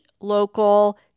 local